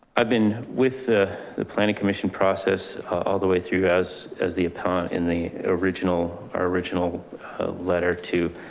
i've been with the the planning commission process all the way through, as as the appellant in the original, our original letter to